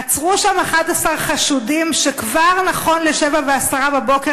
עצרו שם 11 חשודים וכבר נכון ל-07:10 בבוקר,